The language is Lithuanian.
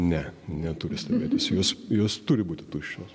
ne neturi stebėtis jos turi būti tuščios